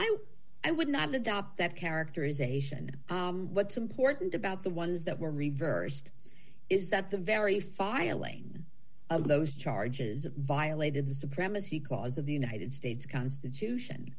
was i would not adopt that characterization what's important about the ones that were reversed is that the very filing of those charges violated the supremacy clause of the united states constitution